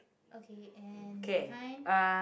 okay and behind